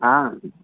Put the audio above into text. हा